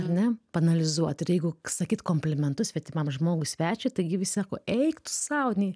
ar ne paanalizuot ir jeigu sakyt komplimentus svetimam žmogui svečiui taigi visi sako eik tu sau nei